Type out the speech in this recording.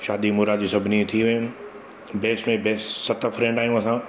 शादी मुरादी सभिनी थी वियूं आहिनि बेस्ट में बेस्ट सत फ्रैंड आहियूं असां